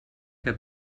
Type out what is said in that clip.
que